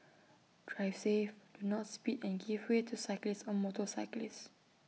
drive safe do not speed and give way to cyclists or motorcyclists